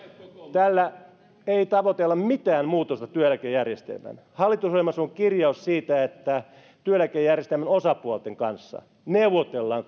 tällä ei tavoitella mitään muutosta työeläkejärjestelmään hallitusohjelmassa on kirjaus siitä että työeläkejärjestelmän osapuolten kanssa neuvotellaan